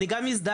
אני גם מזדהה.